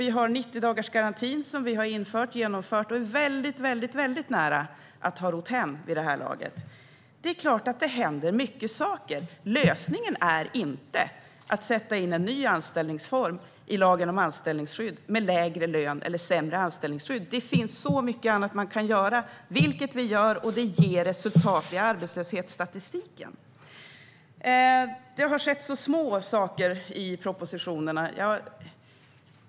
Vi har 90-dagarsgarantin som vi har infört, genomfört och är väldigt nära att ha rott hem vid det här laget. Det är klart att det händer mycket saker. Lösningen är inte att sätta in en ny anställningsform i lagen om anställningsskydd med lägre lön eller sämre anställningsskydd. Det finns så mycket annat man kan göra, vilket vi gör, och det ger resultat i arbetslöshetsstatistiken. Det har skett så små saker i propositionerna, sägs det.